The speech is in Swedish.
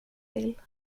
vill